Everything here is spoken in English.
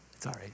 Sorry